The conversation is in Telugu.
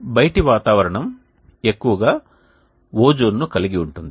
బయటి వాతావరణం ఎక్కువగా ఓజోన్ ను కలిగి ఉంటుంది